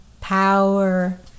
Power